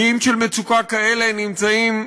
איים של מצוקה כאלה נמצאים,